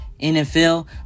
NFL